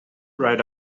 right